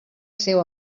seu